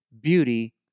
beauty